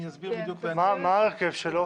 מה ההרכב שלו?